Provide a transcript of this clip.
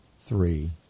three